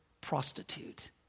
prostitute